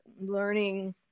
learning